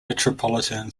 metropolitan